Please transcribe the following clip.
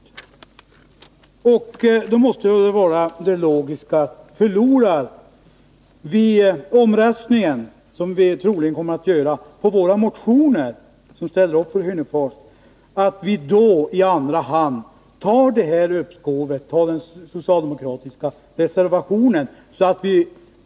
Då måste det logiska vara, att om vi förlorar omröstningen om våra motioner om åtgärder för Hörnefors — vilket vi troligen kommer att göra — får vi i andra hand acceptera uppskovet, den socialdemokratiska reservationen.